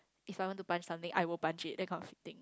if I want to punch something I will punch it that kind of thing